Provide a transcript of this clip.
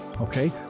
Okay